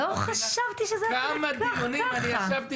בכמה דיונים ישבתי